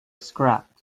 scrapped